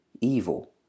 evil